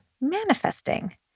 manifesting